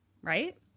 right